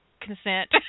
consent